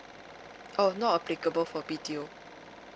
oh not applicable for B_T_O